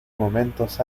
momentos